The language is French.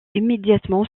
immédiatement